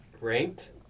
Ranked